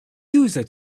user